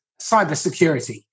cybersecurity